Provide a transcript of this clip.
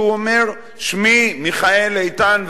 כשהוא אומר: שמי מיכאל איתן,